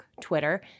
Twitter